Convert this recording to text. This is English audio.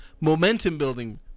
Momentum-building